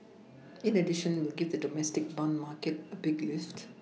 in addition it give the domestic bond market a big lift